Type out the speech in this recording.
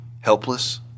helpless